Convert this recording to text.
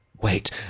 Wait